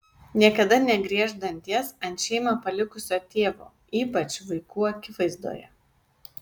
niekada negriežk danties ant šeimą palikusio tėvo ypač vaikų akivaizdoje